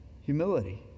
humility